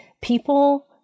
people